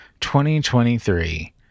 2023